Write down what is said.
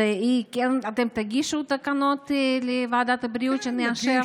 אתם תגישו את התקנות לוועדת הבריאות כדי שנאשר?